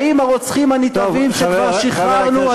האם הרוצחים הנתעבים שכבר שחררנו,